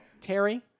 Terry